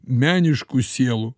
meniškų sielų